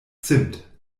zimt